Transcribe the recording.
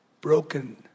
broken